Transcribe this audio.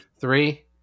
Three